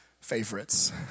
favorites